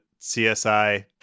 CSI